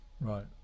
Right